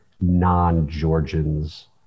non-Georgians